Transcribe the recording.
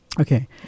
Okay